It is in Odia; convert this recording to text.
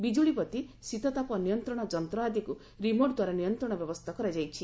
ବିଜୁଳି ବତି ଶୀତତାପ ନିୟନ୍ତ୍ରଣ ଯନ୍ତ ଆଦିକୁ ରିମୋଟ୍ ଦ୍ୱାରା ନିୟନ୍ତ୍ରଣ ବ୍ୟବସ୍ଥା କରାଯାଇଛି